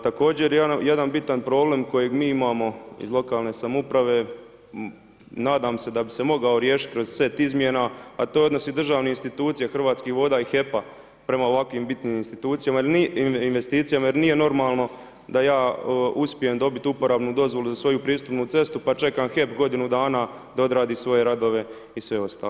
Također jedan bitan problem kojega mi imamo iz lokalne samouprave, nadam se da bi se mogao riješiti kroz set izmjena, a to je odnosi državnih institucija Hrvatskih voda i HEP-a prema ovakvim bitnim investicijama, jer nije normalno da ja uspijem dobiti uporabnu dozvolu za svoju pristupnu cestu pa čekam HEP godinu dana da odradi svoje radove i sve ostalo.